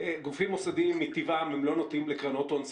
גופים מוסדיים מטבעם לא נוטים לקרנות הון סיכון.